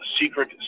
secret